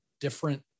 different